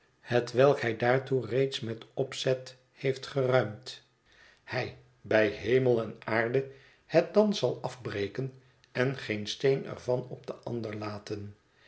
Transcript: hetwelk hij daartoe reeds met opzet heeft geruimd hij bij hemel en aarde het dan zal afbreken en geen steen er van op den ander laten